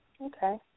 Okay